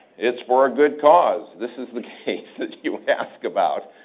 it's for a good cause. this is the case that you asked about.